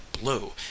blue